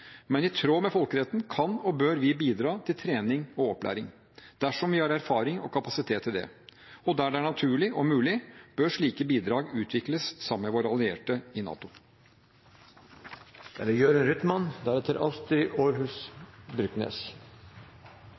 men i tråd med folkeretten kan og bør vi bidra til trening og opplæring, dersom vi har erfaring og kapasitet til det. Der det er naturlig og mulig, bør slike bidrag utvikles sammen med våre allierte i NATO.